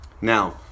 Now